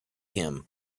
him